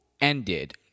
ended